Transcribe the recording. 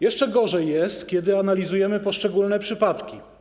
Jeszcze gorzej jest, kiedy analizujemy poszczególne przypadki.